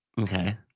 Okay